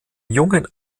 jungen